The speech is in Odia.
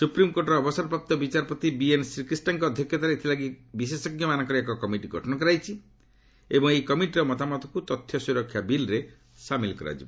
ସୁପ୍ରିମ୍କୋର୍ଟର ଅବସରପ୍ରାପ୍ତ ବିଚାରପତି ବି ଏନ୍ ଶ୍ରୀକ୍ରିଷ୍ଣାଙ୍କ ଅଧ୍ୟକ୍ଷତାରେ ଏଥିଲାଗି ବିଶେଷଜ୍ଞମାନଙ୍କର ଏକ କମିଟି ଗଠନ କରାଯାଇଛି ଏବଂ ଏହି କମିଟିର ମତାମତକ୍ତ ତଥ୍ୟ ସ୍ତରକ୍ଷା ବିଲ୍ରେ ସାମିଲ୍ କରାଯିବ